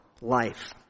life